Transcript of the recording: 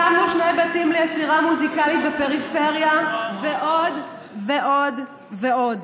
הקמנו שני בתים ליצירה מוזיקלית בפריפריה ועוד ועוד ועוד.